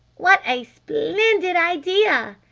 what a splendid idea!